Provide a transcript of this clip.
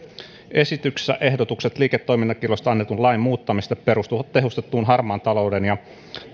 esityksessä ehdotukset liiketoimintakiellosta annetun lain muuttamisesta perustuvat tehostettuun harmaan talouden ja